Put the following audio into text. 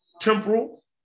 temporal